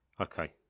Okay